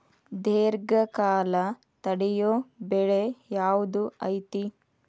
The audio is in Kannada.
ದೇರ್ಘಕಾಲ ತಡಿಯೋ ಬೆಳೆ ಯಾವ್ದು ಐತಿ?